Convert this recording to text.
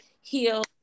heal